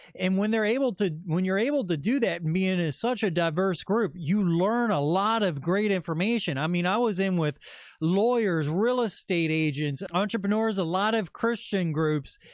and when they're able to, when you're able to do that, being ah such a diverse group, you learn a lot of great information. i mean, i was in with lawyers, real estate agents, entrepreneurs, a lot of christian groups.